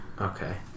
Okay